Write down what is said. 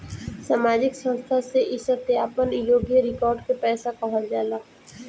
सामाजिक संस्था से ई सत्यापन योग्य रिकॉर्ड के पैसा कहल जाला